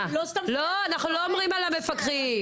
לא סתם --- לא, אנחנו לא אומרים על המפקחים.